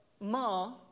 Ma